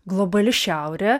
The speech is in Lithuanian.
globali šiaurė